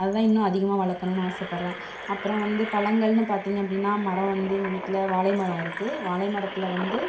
அத தான் இன்னும் அதிகமாக வளர்க்கணும்னு ஆசைப்படுறேன் அப்புறம் வந்து பழங்கள்னு பார்த்தீங்க அப்படின்னா மரம் வந்து எங்கள் வீட்டில் வாழை மரம் இருக்கு வாழைமரத்தில் வந்து